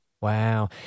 Wow